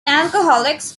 alcoholics